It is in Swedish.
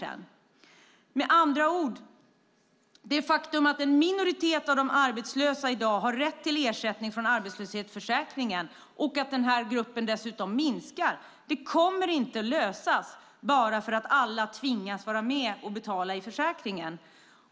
Problemet med att en minoritet av de arbetslösa i dag har rätt till ersättning från arbetslöshetsförsäkringen och att gruppen dessutom minskar kommer inte att lösas bara för att alla tvingas vara med och betala i försäkringen.